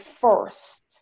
first